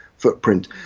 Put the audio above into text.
footprint